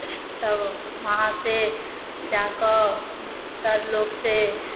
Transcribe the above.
तब वहाँ से जाकऽ सर लोकसे